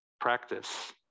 practice